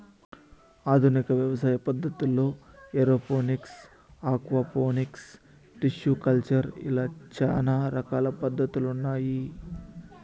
ఆధునిక వ్యవసాయ పద్ధతుల్లో ఏరోఫోనిక్స్, ఆక్వాపోనిక్స్, టిష్యు కల్చర్ ఇలా చానా రకాల పద్ధతులు ఉన్నాయి